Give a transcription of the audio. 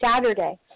Saturday